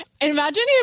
Imagine